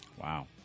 Wow